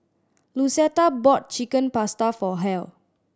Lucetta bought Chicken Pasta for Hal